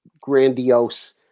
grandiose